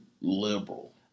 liberal